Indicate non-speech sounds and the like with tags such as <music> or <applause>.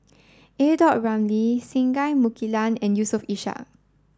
<unintelligible> Ramli Singai Mukilan and Yusof Ishak